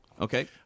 Okay